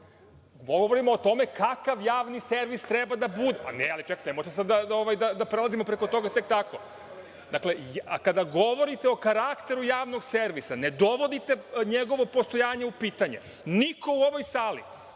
čuo. Govorimo o tome kakav javni servis treba da bude. Ne možemo sada da prelazimo preko toga tek tako. Kada govorite o karakteru javnog servisa, ne dovodite njegovo postojanje u pitanje. Niko u ovoj sali,